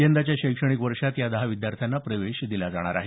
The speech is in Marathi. यंदाच्या शैक्षणिक वर्षात या दहा विद्यार्थ्यांना प्रवेश दिला जाणार आहे